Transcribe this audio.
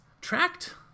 tracked